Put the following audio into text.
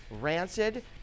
Rancid